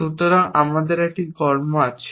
সুতরাং আমাদের একটি কর্ম আছে